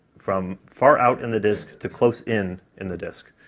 from far out in the disk to close in in the disk.